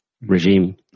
regime